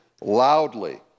loudly